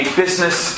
business